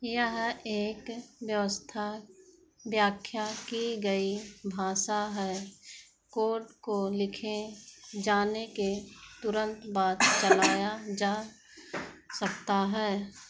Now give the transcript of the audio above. यह एक व्यवस्था व्याख्या की गई भाषा है कोड को लिखे जाने के तुरंत बाद चलाया जा सकता है